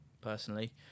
personally